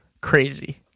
crazy